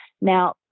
Now